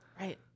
right